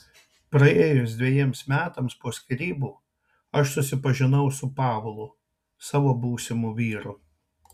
praėjus dvejiems metams po skyrybų aš susipažinau su pavlu savo būsimu vyru